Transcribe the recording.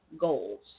goals